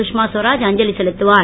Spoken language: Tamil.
சுஷ்மா சுவராத் அஞ்சலி செலுத்துவார்